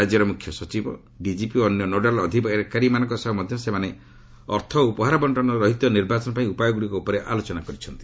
ରାଜ୍ୟର ମ୍ରଖ୍ୟ ସଚିବ ଡିଜିପି ଓ ଅନ୍ୟ ନୋଡାଲ ଅଧିକାରୀମାନଙ୍କ ସହ ମଧ୍ୟ ସେମାନେ ଅର୍ଥ ଓ ଉପହାର ବଣ୍ଟନ ରହିତ ନିର୍ବାଚନ ପାଇଁ ଉପାୟଗ୍ରଡ଼ିକ ଉପରେ ଆଲୋଚନା କରିଛନ୍ତି